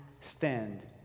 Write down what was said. stand